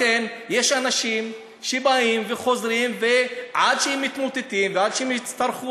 לכן יש אנשים שבאים וחוזרים עד שהם מתמוטטים ועד שיצטרכו